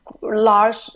Large